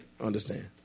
understand